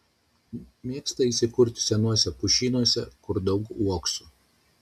mėgsta įsikurti senuose pušynuose kur daug uoksų